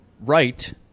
right